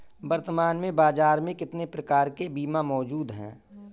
वर्तमान में बाज़ार में कितने प्रकार के बीमा मौजूद हैं?